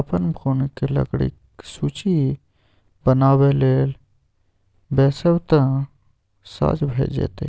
अपन बोनक लकड़ीक सूची बनाबय लेल बैसब तँ साझ भए जाएत